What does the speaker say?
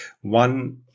One